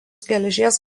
geležies